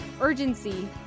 urgency